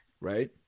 right